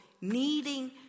needing